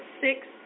six –